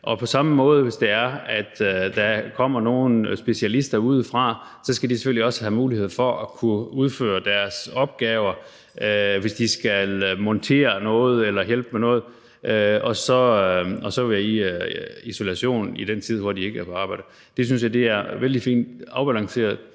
og på samme måde er det, hvis der kommer nogle specialister udefra. De skal selvfølgelig også have mulighed for at kunne udføre deres opgaver, hvis de skal montere noget eller hjælpe med noget, og så være i isolation i den tid, hvor de ikke er på arbejde. Det synes jeg er vældig fint afbalanceret,